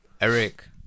Eric